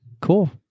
Cool